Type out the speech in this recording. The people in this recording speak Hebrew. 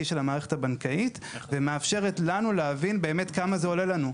של המערכת הבנקאית ומאפשרת לנו להבין באמת כמה זה עולה לנו.